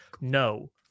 no